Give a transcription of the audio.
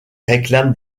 réclament